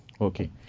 Okay